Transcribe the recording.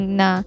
na